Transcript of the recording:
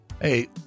Hey